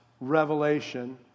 revelation